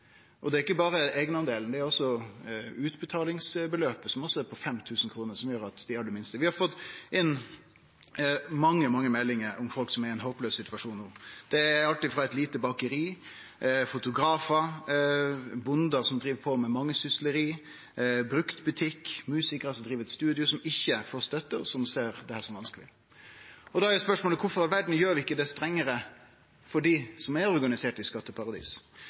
det vesentlege avgrensingar. Det gjeld ikkje berre eigendelen, det gjeld også utbetalingsbeløpet, som også er på 5 000 kr. Vi har fått inn mange, mange meldingar om folk som er i ein håplaus situasjon. Det er alt frå eit lite bakeri, fotografar, ein bruktbutikk og bønder som driv på med mangesysleri, til musikarar som driv eit studio, som ikkje får støtte, og som ser dette som vanskeleg. Da er spørsmålet: Kvifor i all verda gjer vi det ikkje strengare for dei som er organiserte i skatteparadis?